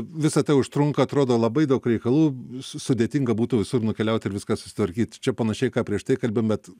visa tai užtrunka atrodo labai daug reikalų sudėtinga būtų visur nukeliaut ir viską susitvarkyt čia panašiai ką prieš tai kalbėjom bet